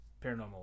paranormal